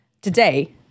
Today